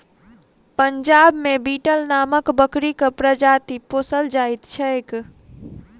पंजाब मे बीटल नामक बकरीक प्रजाति पोसल जाइत छैक